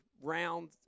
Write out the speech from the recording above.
round